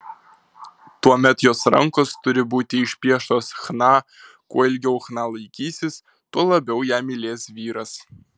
tuomet jos rankos turi būti išpieštos chna kuo ilgiau chna laikysis tuo labiau ją mylės vyras